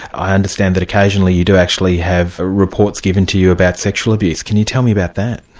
i understand that occasionally you do actually have reports given to you about sexual abuse can you tell me about that?